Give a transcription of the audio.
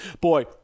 Boy